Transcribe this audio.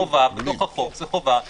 חובה בחוק זה חובה משפטית,